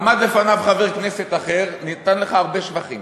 עמד לפניו חבר כנסת אחר ונתן לך הרבה שבחים.